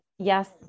Yes